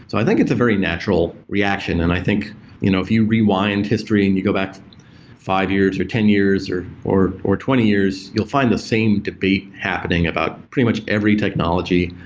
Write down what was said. so i think it's a very natural reaction, and i think you know if you rewind history and you go back five years, or ten years, or or twenty years, you'll find the same debate happening about pretty much every technology.